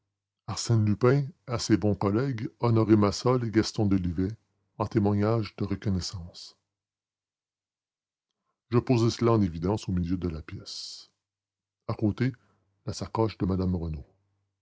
arsène lupin à ses bons collègues honoré massol et gaston delivet en témoignage de reconnaissance je posai cela en évidence au milieu de la pièce à côté la sacoche de mme renaud